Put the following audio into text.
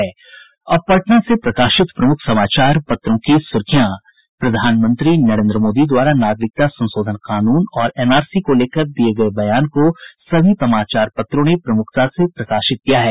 अब पटना से प्रकाशित प्रमुख समाचार पत्रों की सुर्खियां प्रधानमंत्री नरेन्द्र मोदी द्वारा नागरिकता संशोधन कानून और एनआरसी को लेकर दिये गये बयानों को सभी समाचार पत्रों ने प्रमुखता से प्रकाशित किया है